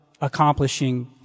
accomplishing